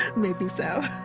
maybe so